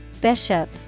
Bishop